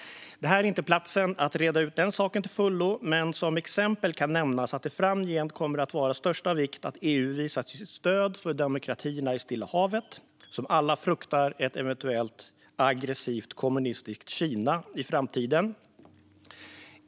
Det här är inte platsen att reda ut den saken till fullo, men som exempel kan nämnas att det framgent kommer att vara av största vikt att EU visar sitt stöd för demokratierna i Stilla havet, som alla fruktar ett eventuellt aggressivt kommunistiskt Kina i framtiden.